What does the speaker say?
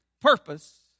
purpose